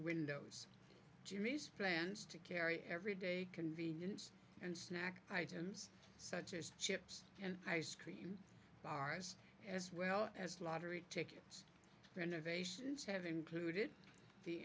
windows jimmie's plans to carry every day convenience and snack items such as chips and ice cream bars as well as lottery tickets renovations have included the